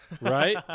right